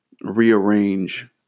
rearrange